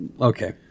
Okay